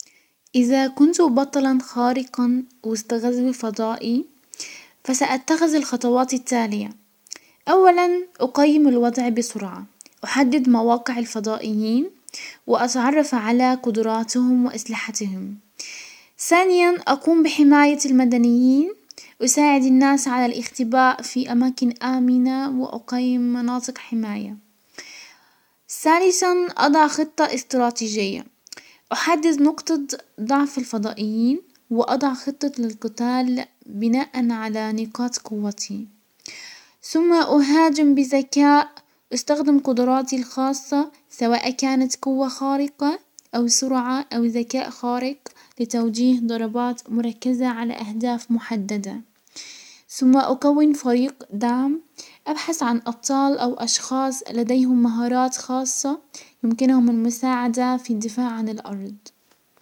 اذا كنت بطلا خارقا وسط غزو فضائي فساتخذ الخطوات التالية: اولا اقيم الوضع بسرعة، احدد مواقع الفضائيين واتعرف على قدراتهم واسلحتهم، ثانيا اقوم بحماية المدنيين اساعد الناس على الاختباء في اماكن امنة واقيم مناطق حماية، ثالثا اضع خطة استراتيجية، احدد نقطة ضعف الفضائيين واضع خطة للقتال بناء على نقاط قوتي ثم اهاجم بزكاء استخدم قدراتي الخاصة سواء كانت قوة خارقة او سرعة او ذكاء خارق لتوجيه ضربات مركزة على اهداف محددة، ثم اكون فريق دعم ابحث ابطال او اشخاص لديهم مهارات خاصة يمكنهم المساعدة في الدفاع عن الارض.